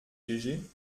gégé